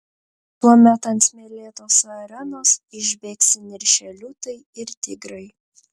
tuomet ant smėlėtos arenos išbėgs įniršę liūtai ir tigrai